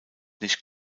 nicht